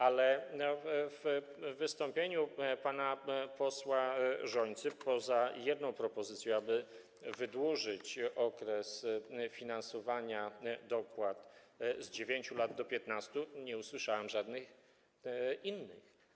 Ale w wystąpieniu pana posła Rzońcy poza jedną propozycją, aby wydłużyć okres finansowania dopłat z 9 lat do 15, nie usłyszałem żadnych innych.